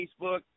Facebook